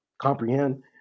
comprehend